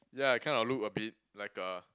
yeah I kind of look a bit like a